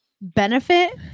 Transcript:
benefit